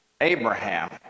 Abraham